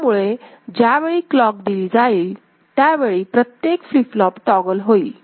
त्यामुळे ज्यावेळी क्लॉक दिली जाईल त्या वेळी प्रत्येक फ्लिप फ्लॉप टॉगल होईल